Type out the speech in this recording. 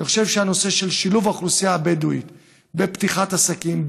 אני חושב שהנושא של שילוב האוכלוסייה הבדואית בפתיחת עסקים,